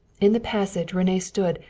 in the passage rene stood,